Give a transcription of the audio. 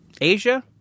Asia